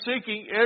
seeking